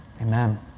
Amen